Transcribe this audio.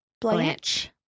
Blanche